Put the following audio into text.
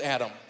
Adam